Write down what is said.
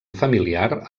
familiar